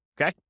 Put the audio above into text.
Okay